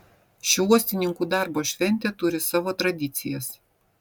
ši uostininkų darbo šventė turi savo tradicijas